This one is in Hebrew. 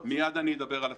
מייד אני אדבר על הצפון.